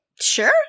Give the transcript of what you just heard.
sure